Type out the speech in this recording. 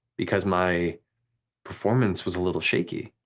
because my performance was a little shaky.